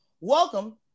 welcome